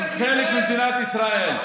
הם חלק ממדינת ישראל.